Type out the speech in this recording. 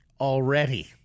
already